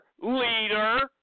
leader